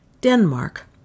Denmark